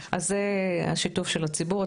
השיתוף של הציבור,